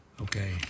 Okay